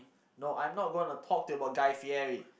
no I'm not going to talk about Guy-Fieri